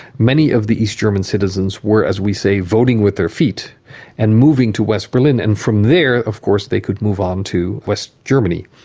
many of the east german citizens were, as we say, voting with their feet and moving to west berlin, and from there of course they could move on to west germany.